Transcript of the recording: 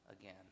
again